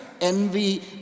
envy